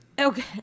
Okay